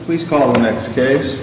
please call the next case